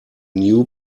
new